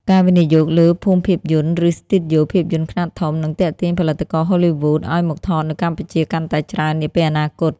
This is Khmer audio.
ការវិនិយោគលើ "ភូមិភាពយន្ត" ឬស្ទូឌីយោថតភាពយន្តខ្នាតធំ នឹងទាក់ទាញផលិតករហូលីវូដឱ្យមកថតនៅកម្ពុជាកាន់តែច្រើននាពេលអនាគត។